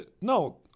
No